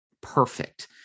perfect